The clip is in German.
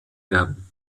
werden